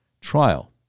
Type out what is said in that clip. trial